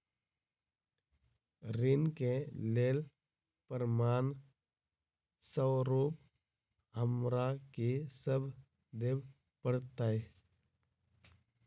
ऋण केँ लेल प्रमाण स्वरूप हमरा की सब देब पड़तय?